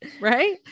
right